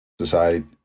society